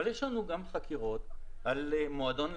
אבל יש לנו גם חקירות על מועדון לקוחות.